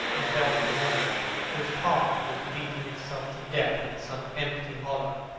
he felt as if his heart was beating itself to death in some empty hollow.